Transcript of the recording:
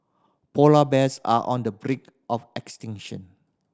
polar bears are on the brink of extinction